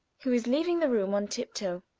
who is leaving the room on tip-toe.